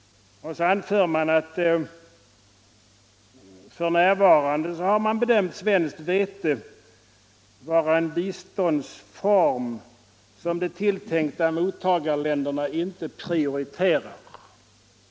Men f.n. har man bedömt svenskt vete vara en biståndsform som de tilltänkta mottagarländerna inte prioriterar.